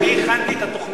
כיוון שאני הכנתי את התוכנית,